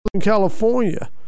California